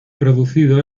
producido